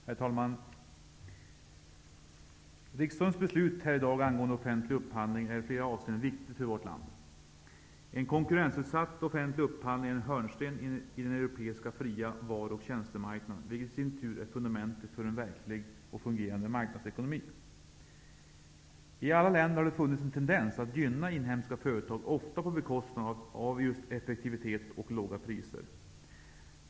Herr talman! Riksdagens beslut i dag angående offentlig upphandling är i flera avseenden viktigt för vårt land. En konkurrensutsatt offentlig upphandling är en hörnsten i den europeiska fria varu och tjänstemarknaden, vilket i sin tur är fundamentet för en verklig och fungerande marknadsekonomi. I alla länder har det funnits en tendens att gynna inhemska företag, ofta på bekostnad av effektivitet och låga priser.